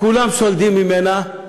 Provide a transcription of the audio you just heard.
כולם סולדים ממנה,